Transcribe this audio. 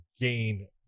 gain